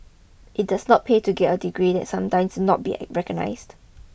it does not pay to get degrees that sometimes not be recognised